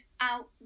out